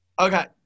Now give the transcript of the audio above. Okay